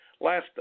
last